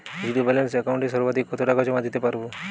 Zero balance একাউন্টে সর্বাধিক কত টাকা জমা দিতে পারব?